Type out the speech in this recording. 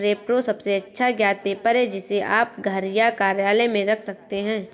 repro सबसे अच्छा ज्ञात पेपर है, जिसे आप घर या कार्यालय में रख सकते हैं